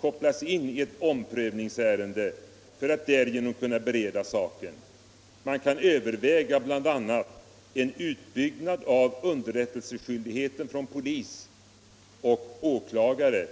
kopplas in i ett omprövningsärende för att därigenom kunna bereda saken. Man kan överväga bl.a. en utbyggnad av underrättelseskyldigheten från polis och åklagare.